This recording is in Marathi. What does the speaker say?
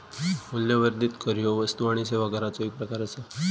मूल्यवर्धित कर ह्यो वस्तू आणि सेवा कराचो एक प्रकार आसा